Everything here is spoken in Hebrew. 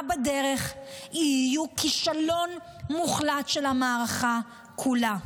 בדרך יהיו כישלון מוחלט של המערכה כולה.